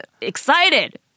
excited